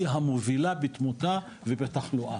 היא המובילה בתמותה ובתחלואה,